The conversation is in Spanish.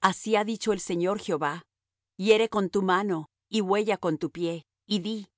así ha dicho el señor jehová hiere con tu mano y huella con tu pie y di